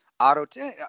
auto